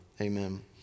amen